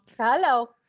Hello